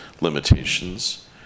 limitations